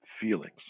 feelings